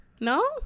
No